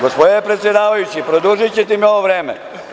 Gospodine predsedavajući, produžiće te mi ovo vreme.